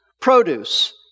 produce